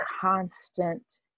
constant